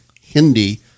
Hindi